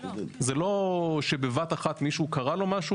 זה לא שבבת אחת מישהו קרה לו משהו,